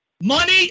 money